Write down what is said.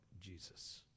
jesus